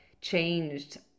changed